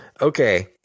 Okay